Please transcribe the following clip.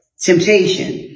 Temptation